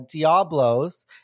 Diablos